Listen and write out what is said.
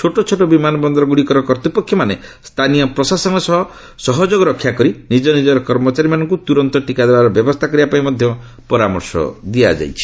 ଛୋଟ ଛୋଟ ବିମାନ ବନ୍ଦର ଗୁଡ଼ିକର କର୍ତ୍ତୃପକ୍ଷମାନେ ସ୍ଥାନୀୟ ପ୍ରଶାସନ ସହ ଯୋଗାଯୋଗ ରକ୍ଷାକରି ନିଜ ନିଜର କର୍ମଚାରୀମାନଙ୍କୁ ତୁରନ୍ତ ଟିକା ଦେବାର ବ୍ୟବସ୍ଥା କରିବା ପାଇଁ ପରାମର୍ଶ ଦିଆଯାଇଛି